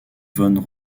von